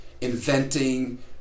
inventing